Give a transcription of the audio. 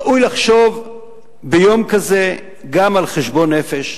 ראוי לחשוב ביום כזה גם על חשבון נפש: